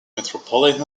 metropolitan